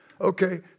Okay